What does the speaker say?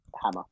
Hammer